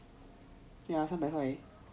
ya 三百块